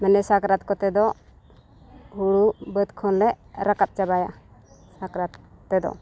ᱢᱟᱱᱮ ᱥᱟᱠᱨᱟᱛ ᱠᱚᱛᱮᱫᱚ ᱦᱳᱲᱳ ᱵᱟᱹᱫᱽ ᱠᱷᱚᱱᱞᱮ ᱨᱟᱠᱟᱵ ᱪᱟᱵᱟᱭᱟ ᱥᱟᱠᱨᱟᱛ ᱛᱮᱫᱚ